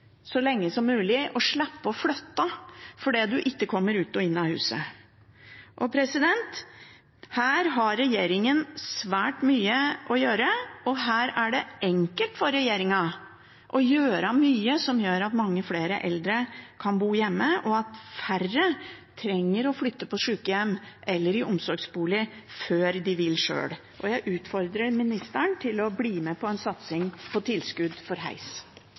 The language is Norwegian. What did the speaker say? så lenge som mulig og slippe å flytte fordi man ikke kommer seg ut og inn av huset. Her har regjeringen svært mye å gjøre, og her er det enkelt for regjeringen å gjøre mye som gjør at mange flere eldre kan bo hjemme, og at færre trenger å flytte på sykehjem eller inn i omsorgsbolig før de vil sjøl. Jeg utfordrer ministeren til å bli med på en satsing på tilskudd til heis.